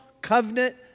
covenant